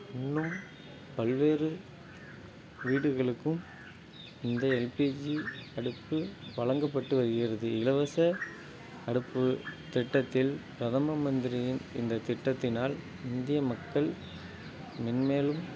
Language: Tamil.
இன்னும் பல்வேறு வீடுகளுக்கும் இந்த எல்பிஜி அடுப்பு வழங்கப்பட்டு வருகிறது இலவச அடுப்பு திட்டத்தில் பிரதம மந்திரியின் இந்த திட்டத்தினால் இந்திய மக்கள் மென்மேலும்